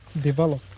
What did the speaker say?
develop